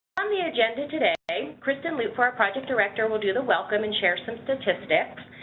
on the agenda today, kristin lupfer, our project director, will do the welcome and share some statistics.